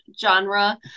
genre